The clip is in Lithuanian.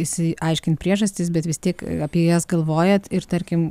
išsiaiškint priežastis bet vis tiek apie jas galvojat ir tarkim